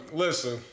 listen